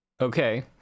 okay